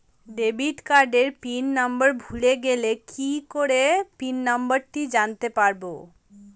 Debit কার্ডের pin number ভুলে গেলে কি করে পিন নম্বরটি জানতে পারবো?